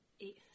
eight